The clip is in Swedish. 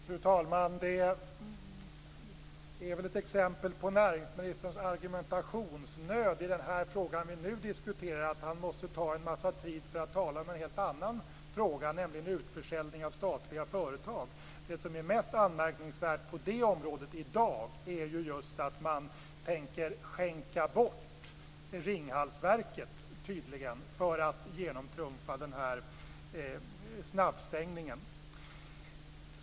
Fru talman! Det är väl ett exempel på näringsministerns argumentationsnöd i den fråga vi nu diskuterar att han måste ta en massa tid för att tala om en helt annan fråga, nämligen utförsäljning av statliga företag. Det som är mest anmärkningsvärt på det området i dag är ju att man tydligen tänker skänka bort Ringhalsverket för att genomtrumfa den här snabbstängningen.